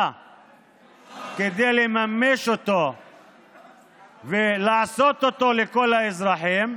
כדי לממש אותו ולעשות אותו לכל האזרחים.